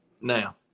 now